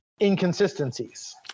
inconsistencies